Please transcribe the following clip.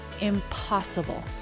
impossible